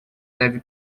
deve